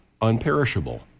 unperishable